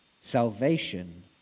Salvation